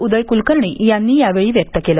उदय कुलकर्णी यांनी यावेळी व्यक्त केलं